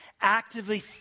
Actively